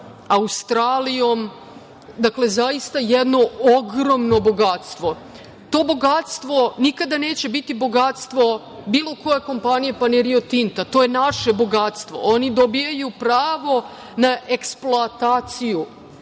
Australijom, dakle zaista jedno ogromno bogatstvo. To bogatstvo nikada neće biti bogatstvo bilo koje kompanije, pa ni „Rio Tinta“, to je naše bogatstvo. Oni dobijaju pravo na eksploataciju,